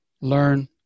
learn